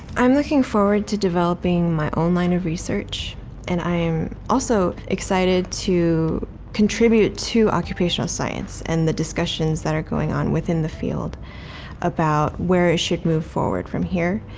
i'm looking forward to developing my own line of research and i am also excited to contribute to occupational science and the discussions that are going on within the field about where it should move forward from here,